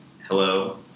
Hello